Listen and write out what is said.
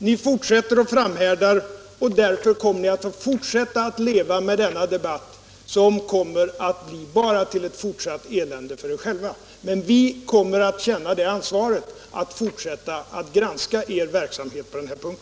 Ni fortsätter att framhärda, och därför kommer ni att leva med denna debatt, som kommer att bli till ett fortsatt elände för er själva. Vi kommer att känna ansvaret att fortsätta att granska er verksamhet på denna punkt.